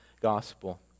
gospel